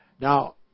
Now